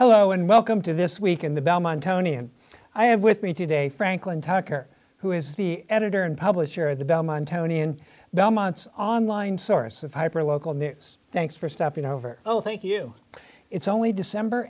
hello and welcome to this week in the belmont tony and i have with me today franklin tucker who is the editor and publisher of the belmont town in belmont online source of hyper local news thanks for stopping over oh thank you it's only december